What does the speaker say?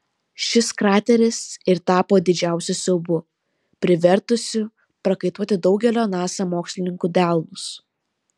šis krateris ir tapo didžiausiu siaubu privertusiu prakaituoti daugelio nasa mokslininkų delnus